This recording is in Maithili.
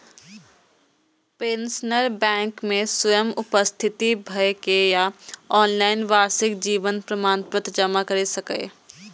पेंशनर बैंक मे स्वयं उपस्थित भए के या ऑनलाइन वार्षिक जीवन प्रमाण पत्र जमा कैर सकैए